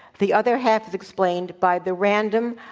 the other half is explained by the random,